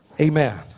amen